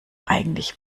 eigentlich